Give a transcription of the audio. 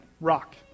rock